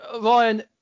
Ryan